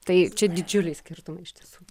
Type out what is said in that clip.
tai čia didžiuliai skirtumai iš tiesų